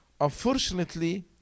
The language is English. Unfortunately